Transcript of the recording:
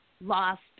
lost